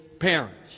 parents